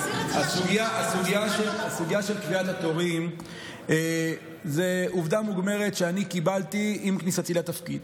הסוגיה של קביעת תורים היא עובדה מוגמרת שאני קיבלתי עם כניסתי לתפקיד.